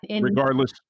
Regardless